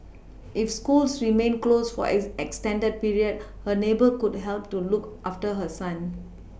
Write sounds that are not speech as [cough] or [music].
if schools remain close for [unintelligible] extended period her neighbour could help to look after her son